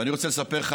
ואני רוצה לספר לך,